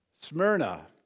smyrna